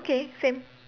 okay same